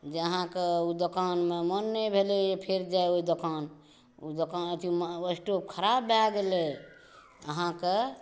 जे अहाँके ओ दोकानमे मोन नहि भेलै जे फेर जाइ ओहि दोकान ओ दोकान अथी स्टोप खराब भऽ गेलै अहाँके